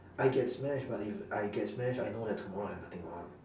I get smashed but if I get smashed I know that tomorrow I have nothing on